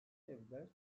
evler